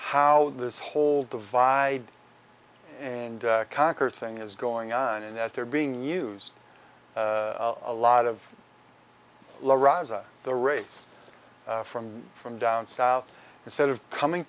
how this whole divide and conquer thing is going on and that they're being used a lot of the race from from down south instead of coming